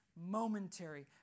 momentary